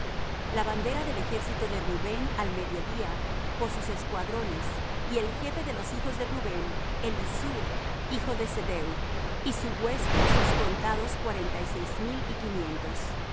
la bandera del ejército de rubén al mediodía por sus escuadrones y el jefe de los hijos de rubén elisur hijo de sedeur y su hueste sus contados cuarenta y seis mil y quinientos